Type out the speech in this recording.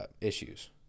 issues